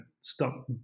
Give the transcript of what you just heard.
stop